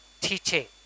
teaching